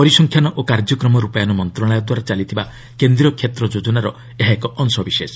ପରିସଂଖ୍ୟାନ ଓ କାର୍ଯ୍ୟକ୍ରମ ରୂପାୟନ ମନ୍ତ୍ରଣାଳୟଦ୍ୱାରା ଚାଲିଥିବା କେନ୍ଦ୍ରୀୟ କ୍ଷେତ ଯୋଜନାର ଏହା ଏକ ଅଂଶବିଶେଷ